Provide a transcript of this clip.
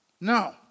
No